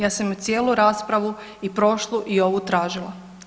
Ja sam je cijelu raspravu i prošlu i ovu tražila.